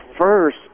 first